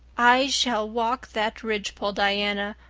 i shall walk that ridgepole, diana,